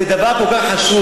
זה דבר כל כך חשוב.